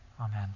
Amen